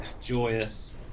joyous